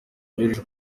byoroheje